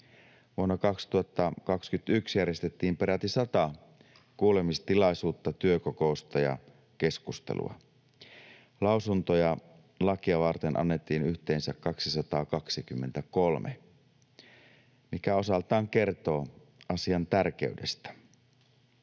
Vuonna 2021 järjestettiin peräti sata kuulemistilaisuutta, työkokousta ja keskustelua. Lausuntoja lakia varten annettiin yhteensä 223, mikä osaltaan kertoo asian tärkeydestä.